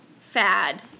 fad